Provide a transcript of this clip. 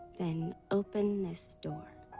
then open this door.